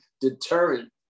deterrent